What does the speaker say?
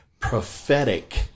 prophetic